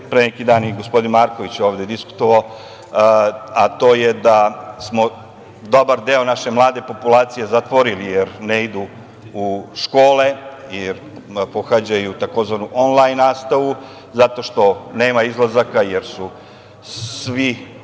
pre neki dan i gospodin Marković ovde diskutovao, dobar deo naše mlade populacije zatvorili, jer ne idu u škole, pohađaju tzv. onlajn nastavu zato što nema izlazaka, jer su svi